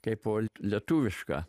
kai po lietuvišką